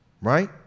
Right